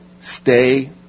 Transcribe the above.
stay